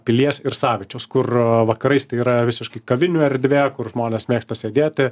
pilies ir savičiaus kur vakarais tai yra visiškai kavinių erdvė kur žmonės mėgsta sėdėti